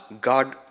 God